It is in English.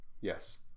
Yes